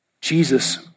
Jesus